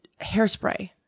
hairspray